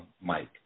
Mike